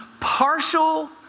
Partial